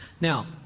Now